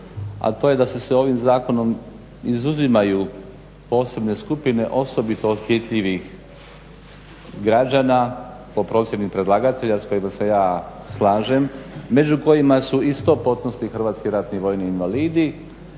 a to je da se s ovim zakonom izuzimaju posebne skupine osobito …/Govornik se ne razumije./… građana po procjeni predlagatelja s kojima se ja slažem među kojima su i sto postotni hrvatski ratni vojni invalidi